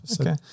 Okay